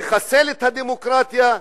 לחסל את הדמוקרטיה,